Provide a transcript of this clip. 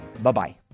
Bye-bye